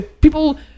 People